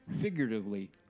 figuratively